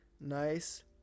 nice